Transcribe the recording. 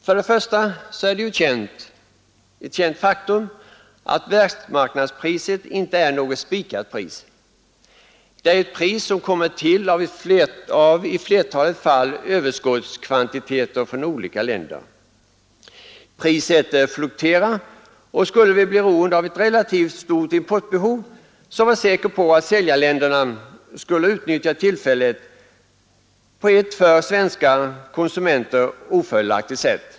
För det första är det ett känt faktum att världsmarknadspriset inte är något spikat pris. Det är ett pris som kommit till av flertalet fall överskottskvantiteter från olika länder. Priset är fluktuerande, och skulle vi bli beroende av ett relativt stort importbehov, så var säker på att säljarländerna skulle utnyttja tillfället på ett för svenska konsumenter ofördelaktigt sätt.